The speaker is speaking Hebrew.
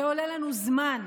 זה עולה לנו זמן,